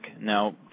Now